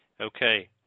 Okay